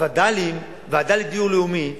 הווד"ל, הוועדה לדיור לאומי,